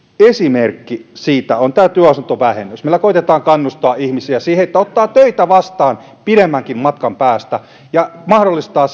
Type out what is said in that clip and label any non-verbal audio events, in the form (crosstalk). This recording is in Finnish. esimerkki siitä on tämä työasuntovähennys meillä koetetaan kannustaa ihmisiä ottamaan töitä vastaan pidemmänkin matkan päästä ja mahdollistaa (unintelligible)